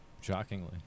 Shockingly